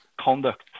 conduct